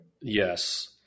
Yes